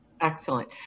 Excellent